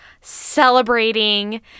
celebrating